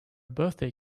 birthday